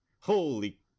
Holy